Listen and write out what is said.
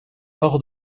hors